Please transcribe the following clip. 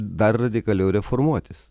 dar radikaliau reformuotis